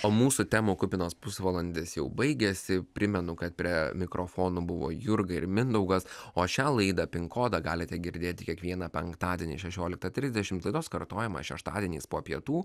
o mūsų temų kupinas pusvalandis jau baigiasi primenu kad prie mikrofonų buvo jurga ir mindaugas o šią laidą pin kodą galite girdėti kiekvieną penktadienį šešioliktą trisdešimt laidos kartojama šeštadieniais po pietų